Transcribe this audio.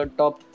top